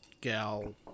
gal